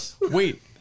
Wait